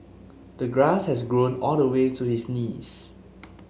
the grass had grown all the way to his knees